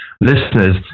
Listeners